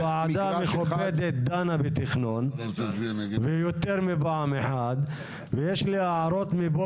הוועדה המכובדת דנה בתכנון ויותר מפעם אחת ויש לי הערות מפה